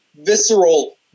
visceral